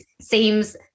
seems